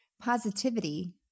positivity